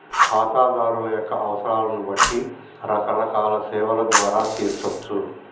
ఖాతాదారుల యొక్క అవసరాలను బట్టి రకరకాల సేవల ద్వారా తీర్చచ్చు